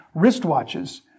wristwatches